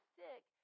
sick